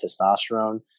testosterone